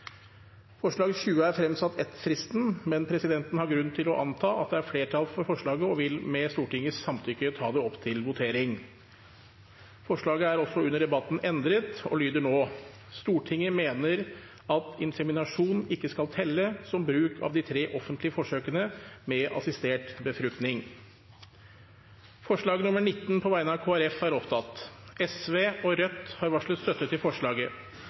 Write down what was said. Forslag nr. 20 er fremsatt etter fristen, men presidenten har grunn til å anta at det er flertall for forslaget og vil med Stortingets samtykke ta det opp til votering. Forslaget er også under debatten endret og lyder nå: «Stortinget mener at inseminasjon ikke skal telle som bruk av de tre offentlige forsøkene med assistert befruktning.» Det voteres over forslag nr. 19, fra Kristelig Folkeparti. Forslaget lyder: «Stortinget ber regjeringen legge frem en helhetlig utredning som redegjør for mulige konsekvenser av forslaget